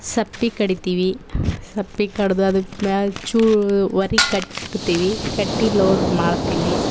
ಸಪ್ಪೆ ಕಡಿತೀವಿ ಸಪ್ಪೆ ಕಡ್ದು ಅದಕ್ಕೆ ಮ್ಯಾ ಚೂರು ಹೊರೆ ಕಟ್ತೀವಿ ಕಟ್ಟಿ ಲೋಡ್ ಮಾಡ್ತೀವಿ